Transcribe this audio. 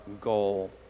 goal